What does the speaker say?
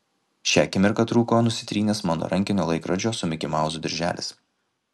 šią akimirką trūko nusitrynęs mano rankinio laikrodžio su mikimauzu dirželis